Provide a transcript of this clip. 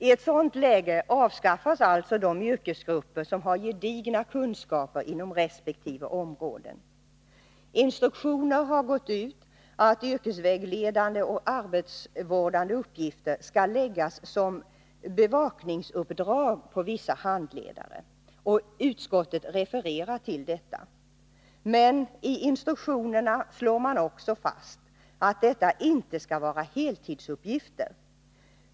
I ett sådant läge avskaffas alltså de yrkesgrupper som har gedigna kunskaper inom resp. områden. Instruktioner har gått ut om att yrkesvägledande och arbetsvårdande uppgifter skall läggas som ”bevakningsuppdrag” på vissa handledare, och utskottet refererar till detta. I instruktionerna slår man också fast att det inte skall vara heltidsuppgifter.